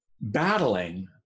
battling